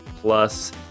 plus